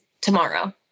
tomorrow